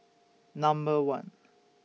Number one